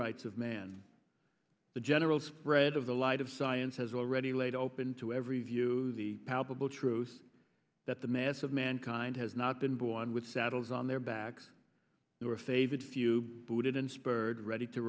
rights of man the general spread of the light of science has already laid open to every view the palpable truth that the mass of mankind has not been born with saddles on their backs they were favored few booted and spurred ready to